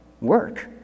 work